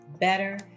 better